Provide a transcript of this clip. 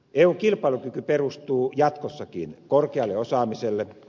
eun kilpailukyky perustuu jatkossakin korkeaan osaamiseen